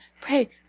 Pray